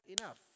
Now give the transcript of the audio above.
enough